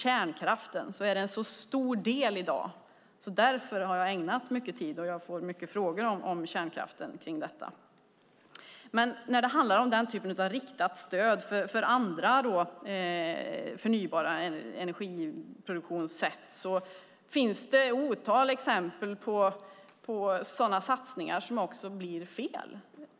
Kärnkraften är en så stor del av dagens energi, och jag får mycket frågor om kärnkraften. Därför har jag ägnat mycket tid åt den. Men när det handlar om riktat stöd för andra förnybara sätt att producera energi finns det ett otal exempel på sådana satsningar som också blir fel.